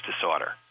disorder